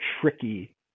tricky